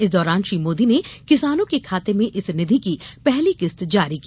इस दौरान श्री मोदी ने किसानों के खाते में इस निधि की पहली किस्त जारी की